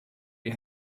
die